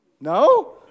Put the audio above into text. No